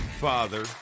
father